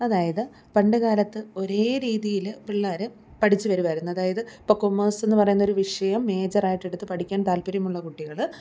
അതായത് പണ്ട് കാലത്ത് ഒരേ രീതിയിൽ പിള്ളേർ പഠിച്ചു വരുവായിരുന്നു അതായത് ഇപ്പോൾ കൊമേഴ്സ് എന്ന് പറയുന്ന ഒരു വിഷയം മേജർ ആയിട്ട് എടുത്ത് പഠിക്കാൻ താല്പര്യമുള്ള കുട്ടികൾ